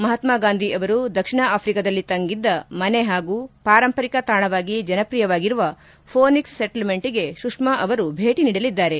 ಮಹಾತ್ಮ ಗಾಂಧಿ ಅವರು ದಕ್ಷಿಣ ಆಫ್ರಿಕಾದಲ್ಲಿ ತಂಗಿದ್ದ ಮನೆ ಹಾಗೂ ಪಾರಂಪರಿಕ ತಾಣವಾಗಿ ಜನಪ್ರಿಯವಾಗಿರುವ ಫೋನಿಕ್ವ್ ಸೆಟ್ಲ್ಮೆಂಟ್ಗೆ ಸುಷ್ನಾ ಅವರು ಭೇಟಿ ನೀಡಲಿದ್ದಾರೆ